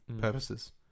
purposes